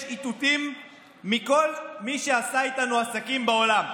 יש איתותים מכל מי שעשה איתנו עסקים בעולם,